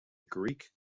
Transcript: greek